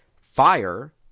fire